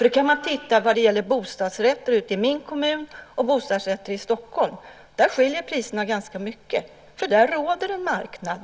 Man kan titta på bostadsrätter i min kommun och bostadsrätter i Stockholm. Priserna skiljer ganska mycket, för där råder en marknad.